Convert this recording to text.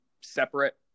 separate